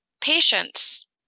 patience